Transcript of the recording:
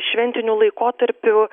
šventiniu laikotarpiu